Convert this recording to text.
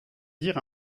dire